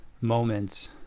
moments